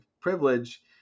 privilege